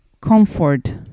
comfort